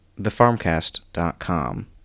thefarmcast.com